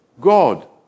God